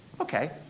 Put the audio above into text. Okay